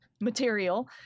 material